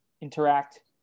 interact